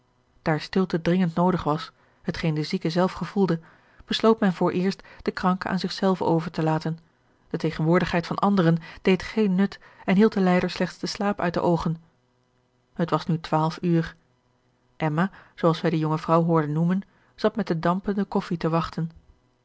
daar stilte dringend noodig was hetgeen de zieke zelf gevoelde besloot men vooreerst den kranke aan zichzelven over to laten de tegenwoordigheid van anderen deed geen nut en hield den lijder slechts de slaap uit de oogen het was nu twaalf uur emma zooals wij de jonge vrouw hoorden noemen zat met de dampende koffij te wachten